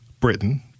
Britain